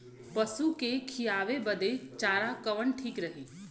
पशु के खिलावे बदे चारा कवन ठीक रही?